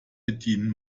bedienen